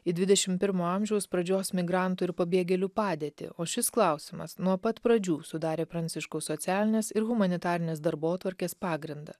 į dvidešim pirmo amžiaus pradžios migrantų ir pabėgėlių padėtį o šis klausimas nuo pat pradžių sudarė pranciškaus socialinės ir humanitarinės darbotvarkės pagrindą